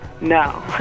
No